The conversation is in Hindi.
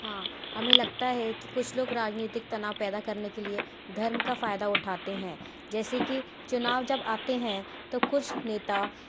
हाँ हमें लगता है कि कुछ लोग राजनीतिक तनाव पैदा करने के लिए धर्म का फायदा उठाते हैं जैसे कि चुनाव जब आते हैं तो कुछ नेता